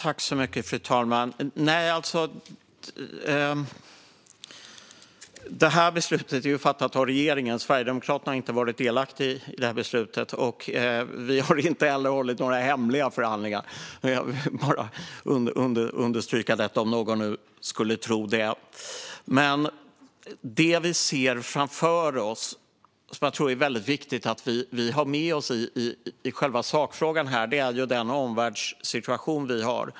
Fru talman! Nej, det här beslutet är ju fattat av regeringen. Sverigedemokraterna har inte varit delaktiga i det, och vi har inte heller hållit några hemliga förhandlingar. Jag vill bara understryka detta om någon nu skulle tro det. Det vi ser framför oss och som jag tror att det är viktigt att vi har med oss i själva sakfrågan här är den omvärldssituation vi har.